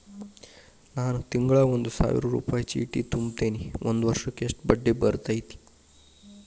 ನಾನು ತಿಂಗಳಾ ಒಂದು ಸಾವಿರ ರೂಪಾಯಿ ಚೇಟಿ ತುಂಬತೇನಿ ಒಂದ್ ವರ್ಷಕ್ ಎಷ್ಟ ಬಡ್ಡಿ ಬರತೈತಿ?